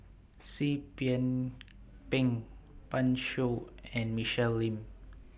Seah Kian Peng Pan Shou and Michelle Lim